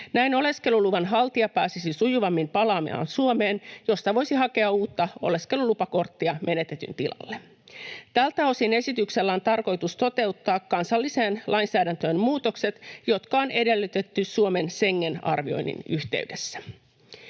Näin oleskeluluvan haltija pääsisi sujuvammin palaamaan Suomeen, jossa voisi hakea uutta oleskelulupakorttia menetetyn tilalle. Tältä osin esityksellä on tarkoitus toteuttaa kansalliseen lainsäädäntöön muutokset, joita on edellytetty Suomen Schengen-arvioinnin yhteydessä.